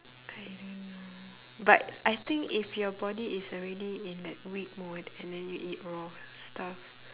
I don't know but I think if your body is already in that weak mode and then you eat raw stuff